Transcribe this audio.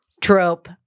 trope